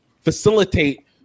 facilitate